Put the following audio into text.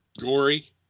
Gory